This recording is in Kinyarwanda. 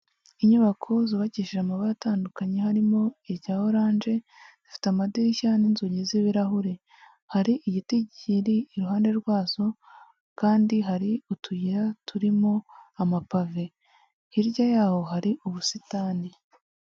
Inyubako zubakishije amabara atandukanye harimo irya oranje, zifite amadirishya n'inzugi z'ibirahure, hari igiti kiri iruhande rwazo kandi hari utuyira turimo amapave, hirya yaho hari ubusitani.